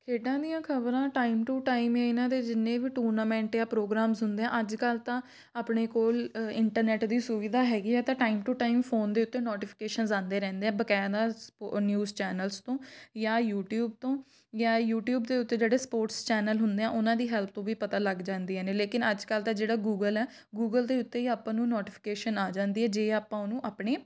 ਖੇਡਾਂ ਦੀਆਂ ਖਬਰਾਂ ਟਾਈਮ ਟੂ ਟਾਈਮ ਇਹਨਾਂ ਦੇ ਜਿੰਨੇ ਵੀ ਟੂਰਨਾਮੈਂਟ ਆ ਪ੍ਰੋਗਰਾਮਸ ਹੁੰਦੇ ਆ ਅੱਜ ਕੱਲ੍ਹ ਤਾਂ ਆਪਣੇ ਕੋਲ ਇੰਟਰਨੈਟ ਦੀ ਸੁਵਿਧਾ ਹੈਗੀ ਆ ਤਾਂ ਟਾਈਮ ਟੂ ਟਾਈਮ ਫੋਨ ਦੇ ਉੱਤੇ ਨੋਟੀਫਿਕੇਸ਼ਨਸ ਆਉਂਦੇ ਰਹਿੰਦੇ ਆ ਬਕਾਇਦਾ ਸਪੋ ਨਿਊਜ਼ ਚੈਨਲਜ਼ ਤੋਂ ਜਾਂ ਯੂਟਿਊਬ ਤੋਂ ਜਾਂ ਯੂਟਿਊਬ ਦੇ ਉੱਤੇ ਜਿਹੜੇ ਸਪੋਰਟਸ ਚੈਨਲ ਹੁੰਦੇ ਆ ਉਹਨਾਂ ਦੀ ਹੈਲਪ ਤੋ ਵੀ ਪਤਾ ਲੱਗ ਜਾਂਦੀਆਂ ਨੇ ਲੇਕਿਨ ਅੱਜ ਕੱਲ੍ਹ ਤਾਂ ਜਿਹੜਾ ਗੂਗਲ ਹੈ ਗੂਗਲ ਦੇ ਉੱਤੇ ਹੀ ਆਪਾਂ ਨੂੰ ਨੋਟੀਫਿਕੇਸ਼ਨ ਆ ਜਾਂਦੀ ਹੈ ਜੇ ਆਪਾਂ ਉਹਨੂੰ ਆਪਣੇ